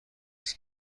است